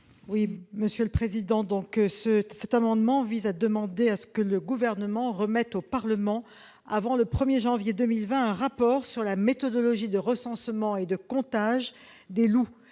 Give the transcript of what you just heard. Estrosi Sassone. Cet amendement vise à demander au Gouvernement de remettre au Parlement, avant le 1 janvier 2020, un rapport sur la méthodologie de recensement et de comptage des loups.